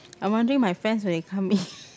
I'm wondering my friends when they come in